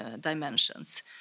dimensions